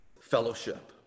fellowship